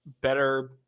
better